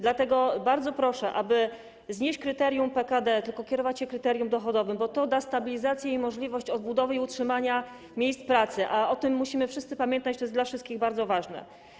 Dlatego bardzo proszę, aby znieść kryterium PKD, aby kierować się kryterium dochodowym, bo to da stabilizację i możliwość odbudowy i utrzymania miejsc pracy, a o tym musimy wszyscy pamiętać, to jest dla wszystkich bardzo ważne.